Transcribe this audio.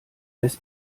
des